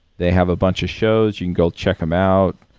they have a bunch of shows. you can go check them out.